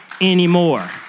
anymore